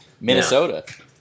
Minnesota